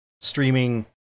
Streaming